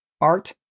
art